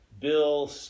Bill